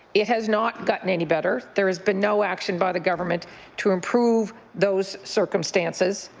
it has not gotten any better. there has been no action by the government to improve those circumstances.